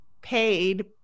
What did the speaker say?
paid